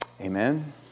Amen